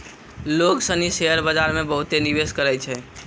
लोग सनी शेयर बाजार मे बहुते निवेश करै छै